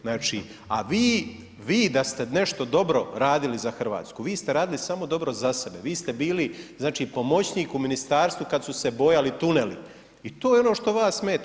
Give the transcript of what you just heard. Znači, a vi, vi da ste nešto dobro radili za Hrvatsku, vi ste radili samo dobro za sebe, vi ste bili znači pomoćnik u ministarstvu kad su se bojali tuneli i to je ono što vas smeta.